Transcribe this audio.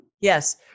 Yes